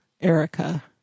Erica